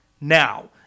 Now